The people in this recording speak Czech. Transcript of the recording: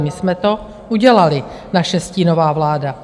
My jsme to udělali, naše stínová vláda.